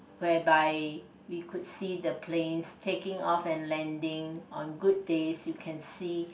whereby you could see the planes taking off and landing on good days you can see